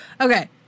Okay